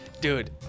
dude